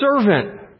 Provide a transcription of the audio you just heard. servant